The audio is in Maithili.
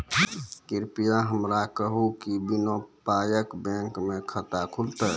कृपया हमरा कहू कि बिना पायक बैंक मे खाता खुलतै?